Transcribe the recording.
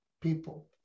people